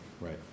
right